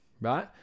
right